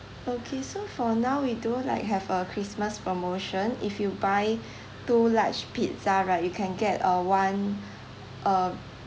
okay so for now we do like have a christmas promotion if you buy two large pizza right you can get a one uh